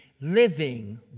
living